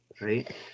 Right